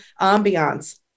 ambiance